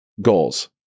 goals